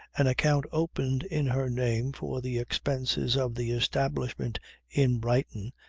an account opened in her name for the expenses of the establishment in brighton,